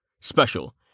Special